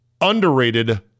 underrated